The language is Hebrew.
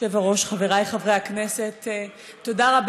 תודה רבה,